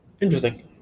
Interesting